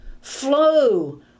flow